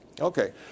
Okay